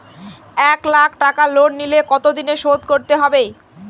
এক লাখ টাকা লোন নিলে কতদিনে শোধ করতে হবে?